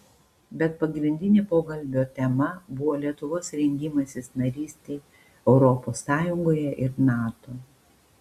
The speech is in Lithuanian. bet pagrindinė pokalbio tema buvo lietuvos rengimasis narystei europos sąjungoje ir nato